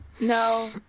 No